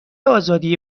آزادی